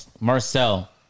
Marcel